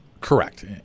Correct